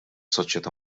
soċjetà